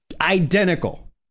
Identical